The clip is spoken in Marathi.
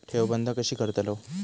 ठेव बंद कशी करतलव?